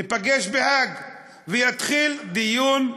ניפגש בהאג, ויתחיל דיון,